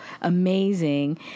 amazing